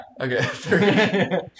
Okay